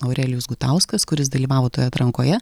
aurelijus gutauskas kuris dalyvavo toje atrankoje